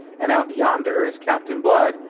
and out yonder is captain blood,